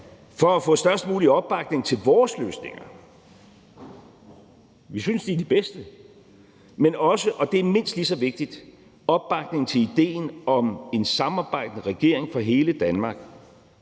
for at få størst mulig opbakning til vores løsninger. Vi synes, de er de bedste. Men det er også for at få, og det er mindst lige så vigtigt, opbakning til idéen om en samarbejdende regering for hele Danmark,